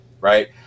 Right